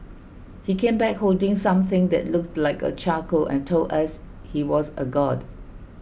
he came back holding something that looked like a charcoal and told us he was a god